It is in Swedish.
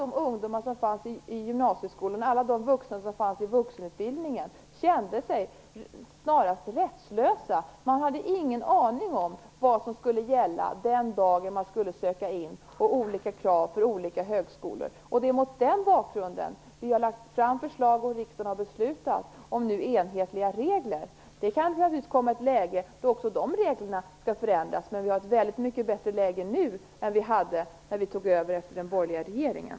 Alla ungdomar i gymnasieskolan och alla vuxna inom vuxenutbildningen kände sig snarast rättslösa. Man hade ingen aning om vad som skulle gälla den dagen man skulle söka till en utbildning eller om de olika kraven för olika högskolor. Mot den bakgrunden har vi lagt fram förslag, och riksdagen har beslutat, om enhetliga regler. Naturligtvis kan vi komma i ett läge där också de reglerna skall förändras. Nu har vi i varje fall ett mycket bättre läge än vi hade då vi tog över efter den borgerliga regeringen.